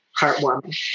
heartwarming